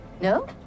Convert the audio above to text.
No